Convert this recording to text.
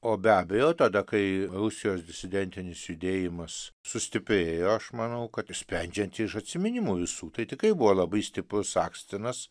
o be abejo tada kai rusijos disidentinis judėjimas sustiprėjo aš manau kad ir sprendžiant iš atsiminimų visų tai tikrai buvo labai stiprus akstinas